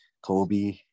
Kobe